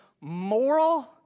Moral